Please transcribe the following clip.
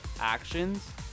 actions